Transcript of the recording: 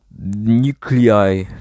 nuclei